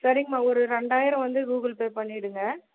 சரிங்கம்மா ஒரு ரெண்டாயிரம் வந்து கூகுள் பே பண்ணிவிடுங்க